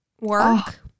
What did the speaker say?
work